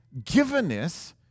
givenness